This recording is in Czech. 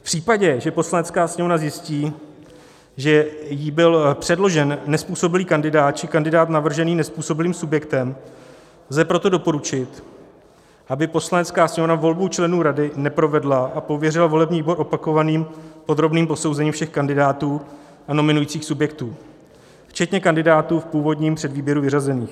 V případě, že Poslanecká sněmovna zjistí, že jí byl předložen nezpůsobilý kandidát či kandidát navržený nezpůsobilým subjektem, lze proto doporučit, aby Poslanecká sněmovna volbu členů rady neprovedla a pověřila volební výbor opakovaným podrobným posouzením všech kandidátů a nominujících subjektů, včetně kandidátů v původním předvýběru vyřazených.